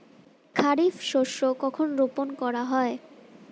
খারিফ শস্য কখন রোপন করা হয়?